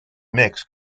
mix